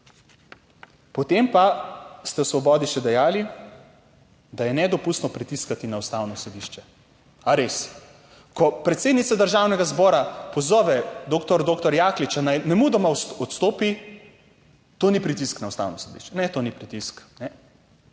Potem pa ste v Svobodi še dejali, da je nedopustno pritiskati na Ustavno sodišče. A res? Ko predsednica Državnega zbora pozove doktor doktor Jakliča, naj nemudoma odstopi, to ni pritisk na Ustavno sodišče, ne, to ni pritisk,